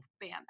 bam